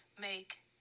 make